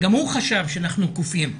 גם הוא חשב שאנחנו קופים.